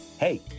Hey